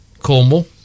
cornwall